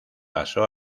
pasó